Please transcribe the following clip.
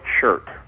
shirt